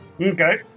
Okay